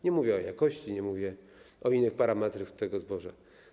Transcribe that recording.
Nie mówię o jakości, nie mówię o innych parametrach tego zboża.